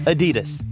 Adidas